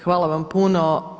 Hvala vam puno.